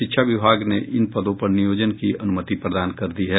शिक्षा विभाग ने इन पदों पर नियोजन की अनुमति प्रदान कर दी है